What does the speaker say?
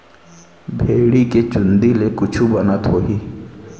भेड़ी के चूंदी ले कुछु बनत होही?